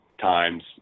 times